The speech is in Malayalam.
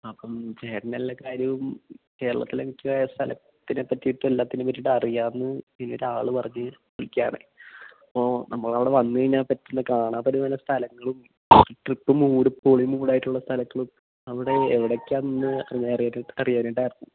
അപ്പം ചേട്ടന് എല്ലാ കാര്യവും കേരളത്തിലെ മിക്ക സ്ഥലത്തിനെയും പറ്റിയിട്ട് എല്ലാത്തിനെയും പറ്റിയിട്ട് അറിയാമെന്ന് ഇങ്ങനെയൊരാള് പറഞ്ഞിട്ട് വിളിക്കുകയാണ് അപ്പോള് നമ്മള് അവിടെ വന്നുകഴിഞ്ഞാല് പറ്റുന്ന കാണാന് പറ്റുന്ന വല്ല സ്ഥലങ്ങളും ട്രിപ്പ് പൊളി മൂഡായിട്ടുള്ള സ്ഥലങ്ങളും അവിടെ എവിടെയൊക്കെയാണെന്നൊന്ന് അറിയാനായിട്ടായിരുന്നു